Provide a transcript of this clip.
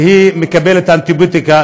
ומקבלת אנטיביוטיקה,